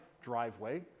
driveway